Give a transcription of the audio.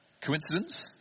Coincidence